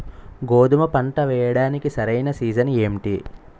గోధుమపంట వేయడానికి సరైన సీజన్ ఏంటి?